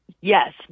yes